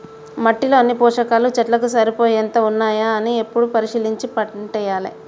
మట్టిలో అన్ని పోషకాలు చెట్లకు సరిపోయేంత ఉన్నాయా అని ఎప్పుడు పరిశీలించి పంటేయాలే